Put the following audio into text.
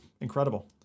incredible